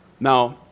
Now